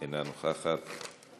אינה נוכחת,